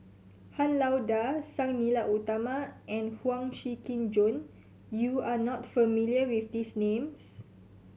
Han Lao Da Sang Nila Utama and Huang Shiqi Joan you are not familiar with these names